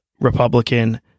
Republican